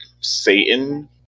Satan